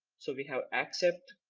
so we have accept,